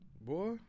boy